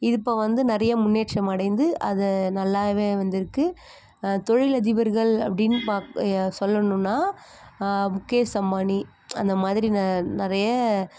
இது இப்போ வந்து நிறைய முன்னேற்றம் அடைந்து அதை நல்லாவே வந்திருக்கு தொழில் அதிபர்கள் அப்படின்னு பாக் சொல்லணுன்னால் முகேஷ் அம்பானி அந்தமாதிரி நெ நிறைய